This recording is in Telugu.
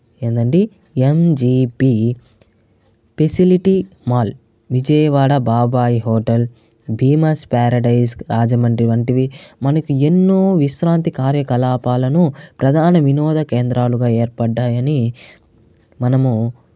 ఏందండి MGB felicity mall Vijayawada Babai hotel Bheemas paradise Rajahmundry వంటివి మనకి ఎన్నో విశ్రాంతి కార్యకలాపాలను ప్రధాన వినోద కేంద్రాలుగా ఏర్పడ్డాయని మనము